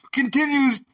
continues